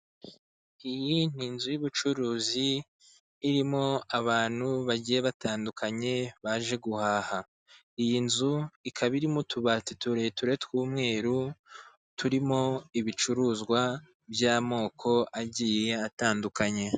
Iyi ni inzu y'ubucuruzi, irimo abantu bagiye batandukanye, baje guhaha, iyi nzu ikaba irimo utubati ture ture tw'umweru, turimo ibicuruzwa by'amoko agiye atandukanye.